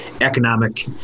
economic